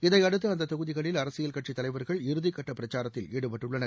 இதையடுத்து அந்த தொகுதிகளில் அரசியல் கட்சித் தலைவா்கள் இறுதிகட்ட பிரச்சாரத்தில் ஈடுபட்டுள்ளனர்